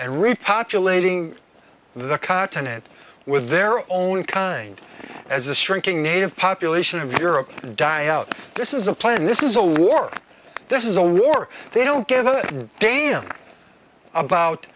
repopulating the continent with their own kind as a shrinking native population of europe die out this is a plan this is a war this is a war they don't give a damn about